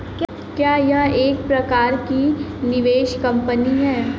क्या यह एक प्रकार की निवेश कंपनी है?